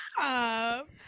up